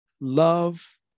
Love